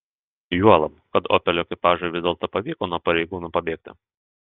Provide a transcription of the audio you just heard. juolab kad opelio ekipažui vis dėlto pavyko nuo pareigūnų pabėgti